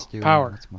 Power